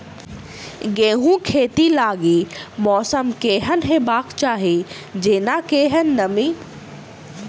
गेंहूँ खेती लागि मौसम केहन हेबाक चाहि जेना केहन नमी?